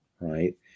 right